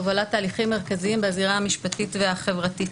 והובלת תהליכים מרכזיים בזירה המשפטית והחברתית.